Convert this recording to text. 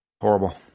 Horrible